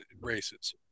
races